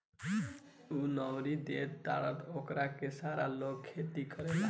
उ नहरिया देखऽ तारऽ ओकरे से सारा लोग खेती करेलेन